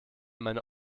meine